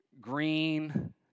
green